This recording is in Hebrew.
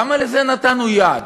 למה לזה נתנו יד?